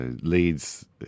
leads